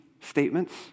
statements